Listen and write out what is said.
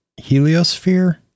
heliosphere